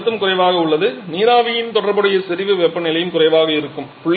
இங்கே அழுத்தம் குறைவாக உள்ளது நீராவியின் தொடர்புடைய செறிவு வெப்பநிலையும் குறைவாக இருக்கும்